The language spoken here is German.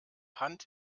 hand